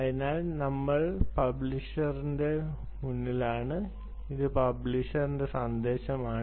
അതിനാൽ ഇപ്പോൾ ഞങ്ങൾ പബ്ലിഷറിന്റെ മുന്നിലാണ് ഇത് പബ്ലിഷറിന്റെ സന്ദേശമാണ്